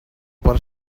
per